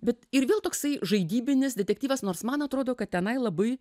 bet ir vėl toksai žaidybinis detektyvas nors man atrodo kad tenai labai